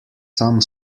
some